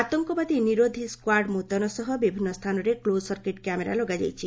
ଆତଙ୍କବାଦୀ ନିରୋଧୀ ସ୍କାର୍ଡ ମୁତୟନ ସହ ବିଭିନ୍ନ ସ୍ଥାନରେ କ୍ଲୋଜ ସର୍କିଟ କ୍ୟାମେରା ଲଗାଯାଇଛି